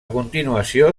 continuació